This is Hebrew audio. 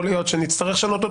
יכול להיות שנצטרך לשנות.